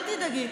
אל תדאגי.